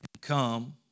Come